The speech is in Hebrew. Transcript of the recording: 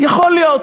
יכול להיות,